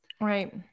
right